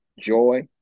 joy